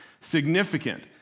significant